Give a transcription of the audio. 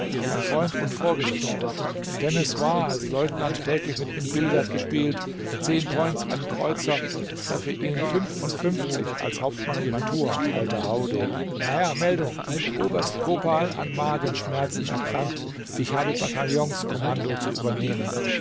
mein freund und vorgesetzter in temesvar als leutnant täglich mit ihm billard gespielt zehn points einen kreuzer treffe ihn fünfundfünfzig als hauptmann in mantua alter haudegen na ja meldung oberst kopal an magenschmerzen erkrankt ich habe bataillonskommando zu übernehmen